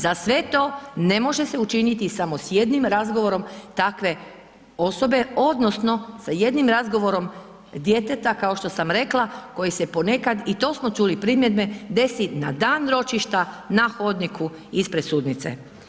Za sve to ne može se učiniti samo s jednim razgovorom takve osobe odnosno sa jednim razgovorom djeteta kao što sam rekla koje se poneka i to smo čuli primjedbe desi na dan ročišta, na hodniku, ispred sudnice.